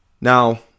Now